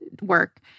work